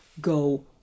go